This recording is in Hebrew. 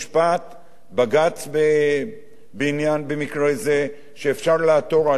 בג"ץ במקרה זה, שאפשר לעתור אליו.